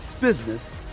business